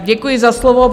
Děkuji za slovo.